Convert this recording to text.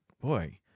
boy